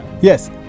Yes